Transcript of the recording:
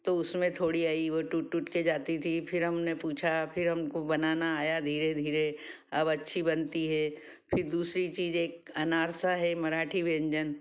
तो उसमें थोड़ी आई नेह टूट टूट के जाती थी फिर हमने पूछा फिर हमको बनाना आया धीरे धीरे अब अच्छी बनती हे फिर दूसरी चीज़ एक अनार सा है मराठी व्यंजन